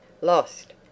lost